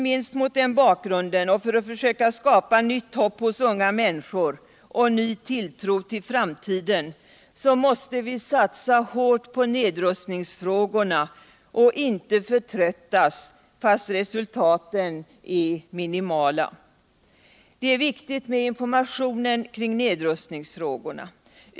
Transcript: Mot den bakgrunden och för att försöka skapa nytt hopp hos unga människor och ny tilltro ull framtiden mäste vi satsa hårt på nedrustningsfrågorna och inte förtröttas, fast resultaten är minimala. Det är viktigt med informationen kring nedrustningsfrågorna.